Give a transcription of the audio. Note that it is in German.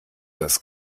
das